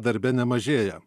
darbe nemažėja